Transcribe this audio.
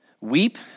Weep